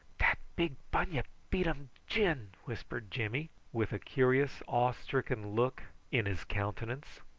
dat big bunyip beat um gin, whispered jimmy, with a curious awe-stricken look in his countenance.